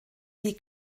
wie